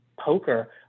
poker